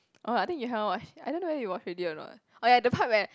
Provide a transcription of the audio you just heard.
orh I think you haven't watch I don't know whether you watch already or not oh ya the part where